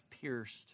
pierced